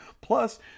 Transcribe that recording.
plus